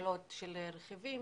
באתר של המשרד פירוט של רוב התקלות.